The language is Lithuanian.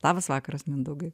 labas vakaras mindaugai